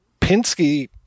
Pinsky